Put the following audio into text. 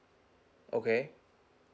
okay